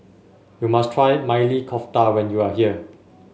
you must try Maili Kofta when you are here